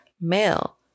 male